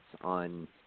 on